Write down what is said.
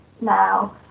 now